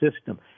system